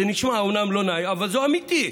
זה נשמע אומנם לא נעים, אבל זה אמיתי.